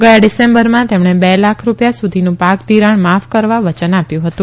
ગથા ડીસેમ્બ્રમાં તેમણે બે લાખ રૂપિયા સુધીનું ૈ ાક ધિરાણ માફ કરવા વયન આપ્યું હતું